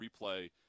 replay